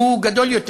הוא גדול יותר.